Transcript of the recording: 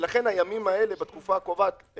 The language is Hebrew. שהיו אמורות לפקוע במהלך התקופה הקובעת,